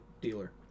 dealer